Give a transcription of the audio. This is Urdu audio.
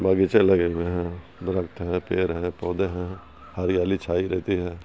باغیچہ لگے ہوئے ہیں درخت ہیں پیڑ ہیں پودے ہیں ہریالی چھائی رہتی ہے